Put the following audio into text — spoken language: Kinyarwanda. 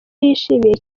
yishimiye